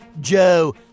Joe